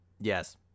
Yes